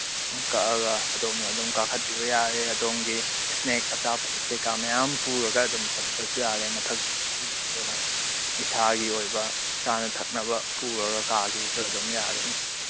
ꯑꯗꯨꯝ ꯀꯛꯑꯒ ꯑꯗꯣꯝꯅ ꯑꯗꯨꯝ ꯀꯥꯈꯠꯄꯤꯕ ꯌꯥꯔꯦ ꯑꯗꯣꯝꯒꯤ ꯏꯁꯅꯦꯛ ꯑꯆꯥꯄꯣꯠ ꯀꯩꯀꯥ ꯃꯌꯥꯝ ꯄꯨꯔꯒ ꯑꯗꯨꯝ ꯆꯠꯄꯁꯨ ꯌꯥꯔꯦ ꯃꯊꯛ ꯏꯁꯥꯒꯤ ꯑꯣꯏꯕ ꯆꯥꯅ ꯊꯛꯅꯕ ꯄꯨꯔꯒ ꯀꯥꯒꯦꯁꯨ ꯑꯗꯨꯝ ꯌꯥꯒꯅꯤ